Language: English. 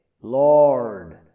Lord